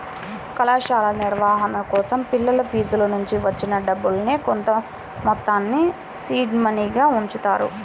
కళాశాల నిర్వహణ కోసం పిల్లల ఫీజునుంచి వచ్చిన డబ్బుల్నే కొంతమొత్తాన్ని సీడ్ మనీగా ఉంచుతారు